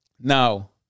Now